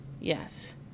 Yes